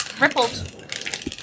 rippled